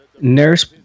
nurse